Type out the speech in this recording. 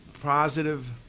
positive